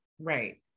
right